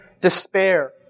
despair